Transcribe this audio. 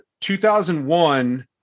2001